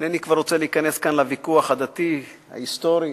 איני רוצה להיכנס לוויכוח הדתי, ההיסטורי,